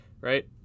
right